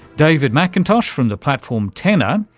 david mcintosh from the platform tenor,